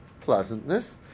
pleasantness